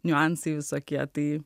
niuansai visokie tai